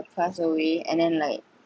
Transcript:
pass away and then like